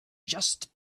just